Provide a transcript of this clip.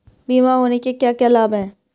बीमा होने के क्या क्या लाभ हैं?